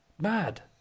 Mad